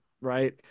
right